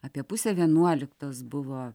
apie pusę vienuoliktos buvo